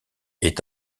est